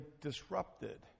disrupted